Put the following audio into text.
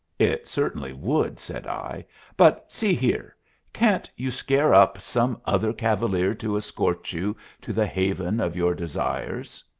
it certainly would, said i but see here can't you scare up some other cavalier to escort you to the haven of your desires?